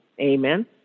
amen